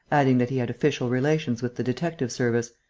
adding that he had official relations with the detective-service,